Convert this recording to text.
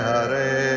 Hare